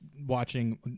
watching